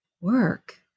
Work